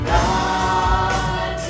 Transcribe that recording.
God